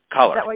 Color